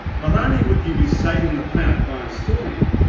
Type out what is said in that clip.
not only would you be saving the planet by installing it,